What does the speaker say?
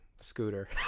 Scooter